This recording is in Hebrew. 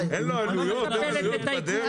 אין לו עלויות בדרך?